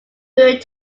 good